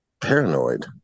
paranoid